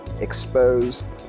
Exposed